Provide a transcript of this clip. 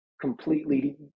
completely